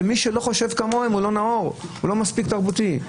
ומי שלא חושב כמוהם לא נאור ולא מספיק תרבותי.